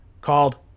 called